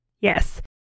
Yes